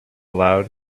aloud